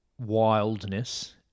wildness